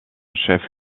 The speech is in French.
chef